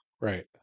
Right